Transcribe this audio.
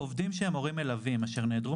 "(א1)עובדים שהם הורים מלווים אשר נעדרו